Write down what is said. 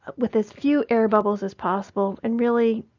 with as few air bubbles as possible, and really